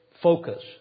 focus